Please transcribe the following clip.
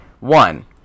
One